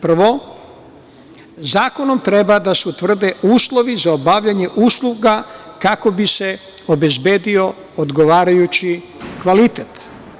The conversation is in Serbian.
Prvo, zakonom treba da se utvrde uslovi za obavljanje usluga kako bi se obezbedio odgovarajući kvalitet.